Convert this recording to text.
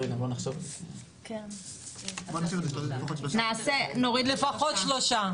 נעשה --- נוריד, לפחות שלושה.